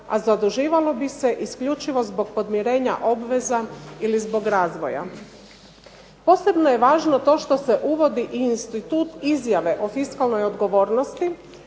a zaduživalo bi se isključivo zbog podmirenja obveza ili zbog razvoja. Posebno je važno to što se uvodi i institut izjave o fiskalnoj odgovornosti